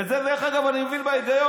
דרך אגב, את זה אני מבין בהיגיון.